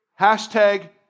hashtag